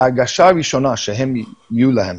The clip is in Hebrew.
ההרגשה הראשונה שתהיה להם